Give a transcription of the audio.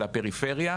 לפי מיטב הבנתי,